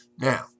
Now